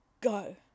go